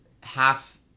half